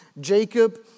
Jacob